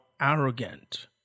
arrogant